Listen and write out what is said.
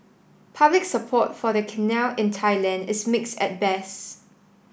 public support for the canal in Thailand is mixed at best